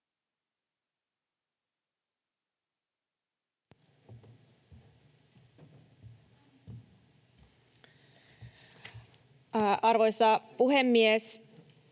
Arvoisa puhemies!